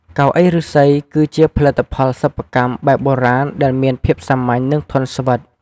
កៅអីឫស្សី គឺជាផលិតផលសិប្បកម្មបែបបុរាណដែលមានភាពសាមញ្ញ និងធន់ស្វិត។